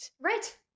Right